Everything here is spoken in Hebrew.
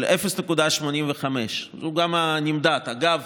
של 0.85, שהוא גם הנמדד, אגב,